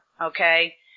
okay